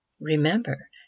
remember